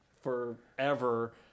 forever